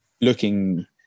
looking